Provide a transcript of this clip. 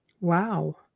Wow